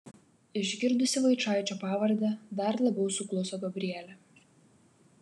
išgirdusi vaičaičio pavardę dar labiau sukluso gabrielė